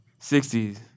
60s